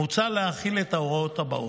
מוצע להחיל את ההוראות הבאות: